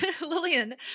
Lillian